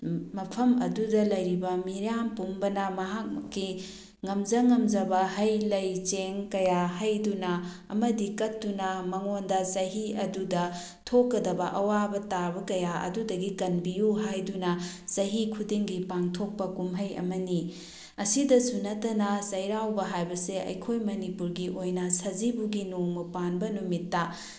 ꯃꯐꯝ ꯑꯗꯨꯗ ꯂꯩꯔꯤꯕ ꯃꯤꯌꯥꯝ ꯄꯨꯝꯕꯅ ꯃꯍꯥꯛꯀꯤ ꯉꯝꯖ ꯉꯝꯖꯕ ꯍꯩ ꯂꯩ ꯆꯦꯡ ꯀꯌꯥ ꯍꯩꯗꯨꯅ ꯑꯃꯗꯤ ꯀꯠꯇꯨꯅ ꯃꯉꯣꯟꯗ ꯆꯍꯤ ꯑꯗꯨꯗ ꯊꯣꯛꯀꯗꯕ ꯑꯋꯥꯕ ꯇꯥꯕ ꯀꯌꯥ ꯑꯗꯨꯗꯒꯤ ꯀꯟꯕꯤꯌꯨ ꯍꯥꯏꯗꯨꯅ ꯆꯍꯤ ꯈꯨꯗꯤꯡꯒꯤ ꯄꯥꯡꯊꯣꯛꯄ ꯀꯨꯝꯍꯩ ꯑꯃꯅꯤ ꯑꯁꯤꯇꯁꯨ ꯅꯠꯇꯅ ꯆꯩꯔꯥꯎꯕ ꯍꯥꯏꯕꯁꯦ ꯑꯩꯈꯣꯏ ꯃꯅꯤꯄꯨꯔꯒꯤ ꯑꯣꯏꯅ ꯁꯖꯤꯕꯨꯒꯤ ꯅꯣꯡꯃ ꯄꯥꯟꯕ ꯅꯨꯃꯤꯠꯇ